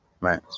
Right